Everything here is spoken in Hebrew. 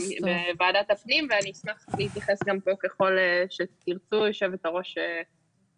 מה שהתייחס אליו מנכ"ל משרד הרווחה הוא רק להבדל בין הנטו לברוטו,